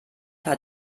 hat